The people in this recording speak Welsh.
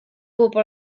bobl